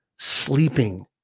sleeping